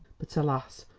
but alas,